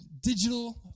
digital